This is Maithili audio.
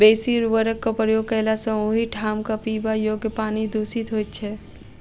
बेसी उर्वरकक प्रयोग कयला सॅ ओहि ठामक पीबा योग्य पानि दुषित होइत छै